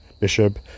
bishop